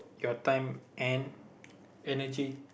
your time and energy